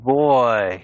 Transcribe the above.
boy